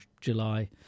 July